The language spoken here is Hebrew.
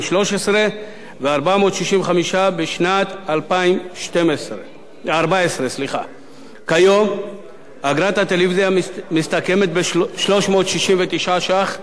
ו-465 ש"ח בשנת 2014. כיום אגרת הטלוויזיה מסתכמת ב-369 ש"ח לשנה.